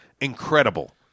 Incredible